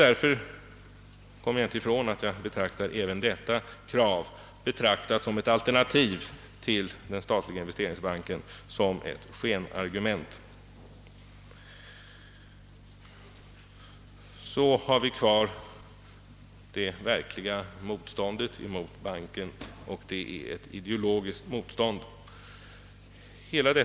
Därför kan jag inte komma ifrån att betrakta även detta krav från mittenpartiernas sida när det gäller ett alternativ till investeringsbanken, som ett skenargument, Det verkliga motståndet mot banken återstår då, och det är ett ideologiskt motstånd.